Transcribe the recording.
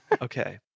Okay